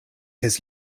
his